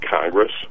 Congress